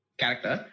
Character